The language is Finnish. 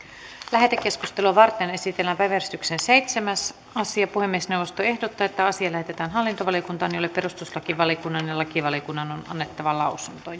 lähetekeskustelua varten esitellään päiväjärjestyksen seitsemäs asia puhemiesneuvosto ehdottaa että asia lähetetään hallintovaliokuntaan jolle perustuslakivaliokunnan ja lakivaliokunnan on annettava lausunto